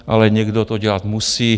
Ale někdo to dělat musí.